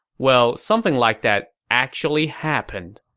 well, something like that actually happened.